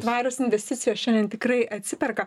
tvarios investicijos šiandien tikrai atsiperka